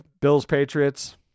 Bills-Patriots